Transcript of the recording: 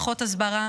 פחות הסברה,